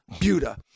Buda